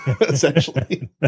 Essentially